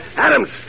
Adams